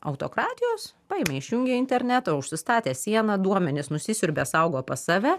autokratijos paėmė išjungė internetą užsistatė sieną duomenis nusisiurbė saugo pas save